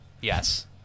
Yes